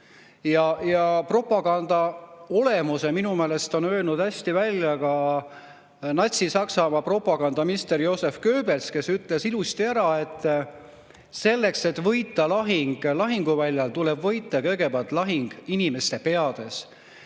Propaganda olemuse on minu meelest öelnud hästi välja Natsi-Saksamaa propagandaminister Joseph Goebbels. Ta ütles ilusti ära, et selleks, et võita lahing lahinguväljal, tuleb võita kõigepealt lahing inimeste peades.